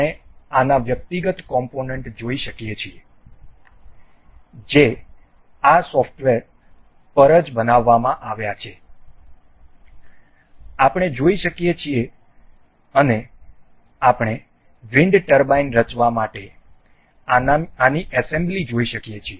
આપણે આના વ્યક્તિગત કોમ્પોનન્ટ જોઈ શકીએ છીએ જે આ સોફ્ટવેર પર જ બનાવવામાં આવ્યા છે આપણે જોઈ શકીએ છીએ અને આપણે વિન્ડ ટર્બાઇન રચવા માટે આની એસેમ્બલી જોઈ શકીએ છીએ